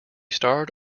starred